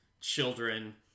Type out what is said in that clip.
children